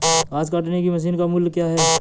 घास काटने की मशीन का मूल्य क्या है?